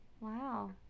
wow